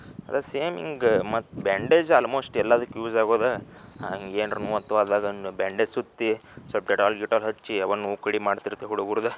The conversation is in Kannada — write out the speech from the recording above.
ಅದು ಸೇಮ್ ಹಿಂಗ ಮತ್ತು ಬ್ಯಾಂಡೇಜ್ ಆಲ್ಮೋಶ್ಟ್ ಎಲ್ಲಾದಕ್ಕೆ ಯೂಝ್ ಆಗೋದು ಹಂಗೇನಾರೂ ನೋವತ್ತು ಆದಾಗನ್ನು ಬ್ಯಾಂಡೇಜ್ ಸುತ್ತಿ ಸ್ವಲ್ಪ ಡೆಟಾಲ್ ಗಿಟಾಲ್ ಹಚ್ಚಿ ಯವ ನೋವು ಕಡೆ ಮಾಡ್ತಿರ್ತೆ ಹುಡುಗರ್ದು